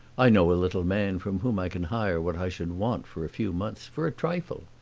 i know a little man from whom i can hire what i should want for a few months, for a trifle,